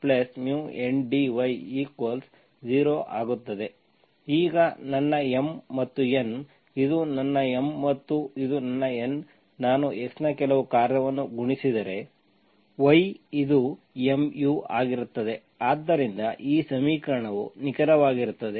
ಈಗ ನನ್ನ M ಮತ್ತು N ಇದು ನನ್ನ M ಮತ್ತು ಇದು ನನ್ನ N ನಾನು x ನ ಕೆಲವು ಕಾರ್ಯವನ್ನು ಗುಣಿಸಿದರೆ y ಇದು mu ಆಗಿರುತ್ತದೆ ಆದ್ದರಿಂದ ಈ ಸಮೀಕರಣವು ನಿಖರವಾಗಿರುತ್ತದೆ